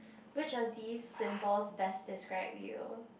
which of these symbols best describe you